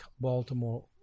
Baltimore